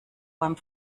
beim